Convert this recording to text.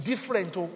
different